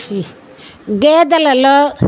గేదలలో